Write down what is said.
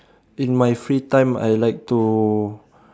in my free time I like to